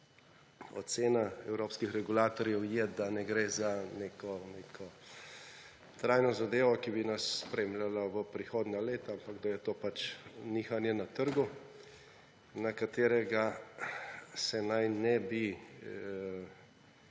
Ocena evropskih regulatorjev je, da ne gre za neko trajno zadevo, ki bi nas spremljala v prihodnja leta, ampak da je to pač nihanje na trgu, na katerega se naj ne bi